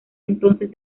entonces